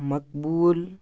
مقبوٗل